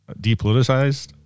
depoliticized